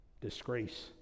disgrace